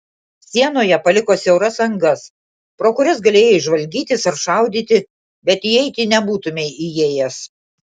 sienoje paliko siauras angas pro kurias galėjai žvalgytis ar šaudyti bet įeiti nebūtumei įėjęs